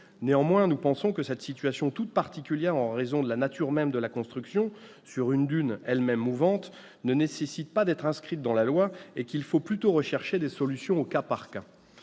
Néanmoins, nous pensons que cette situation, toute particulière en raison de la nature de la construction sur une dune elle-même mouvante, ne nécessite pas d'être inscrite dans la loi et qu'il faut plutôt rechercher des solutions au cas par cas.